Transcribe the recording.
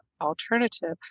alternative